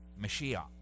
Mashiach